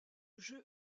jeu